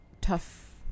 tough